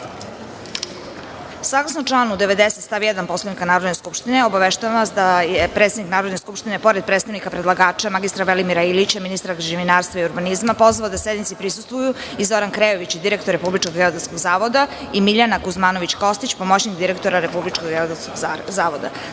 članu 90. stav 1. Poslovnika Narodne skupštine, obaveštavam vas da je predsednik Narodne skupštine, pored predstavnika predlagača mr Velimira Ilića, ministra građevinarstva i urbanizma, pozvao da sednici prisustvuju i Zoran Krejović, direktor Republičkog geodetskog zavoda i Miljana Kuzmanović Kostić, pomoćnik direktora Republičkog geodetskog